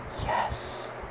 Yes